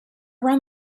around